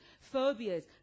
phobias